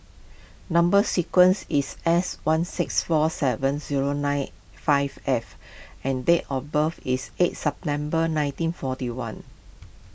Number Sequence is S one six four seven zero nine five F and date of birth is eight September nineteen forty one